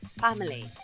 family